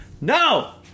No